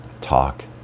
talk